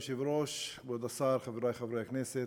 כבוד היושב-ראש, כבוד השר, חברי חברי הכנסת,